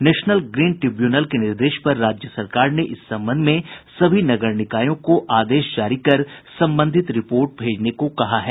national green tribunal के निर्देश पर राज्य सरकार ने इस संबंध में सभी नगर निकायों को आदेश जारी कर संबंधित रिपोर्ट भेजने को कहा है